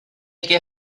que